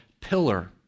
Pillar